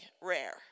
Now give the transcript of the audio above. rare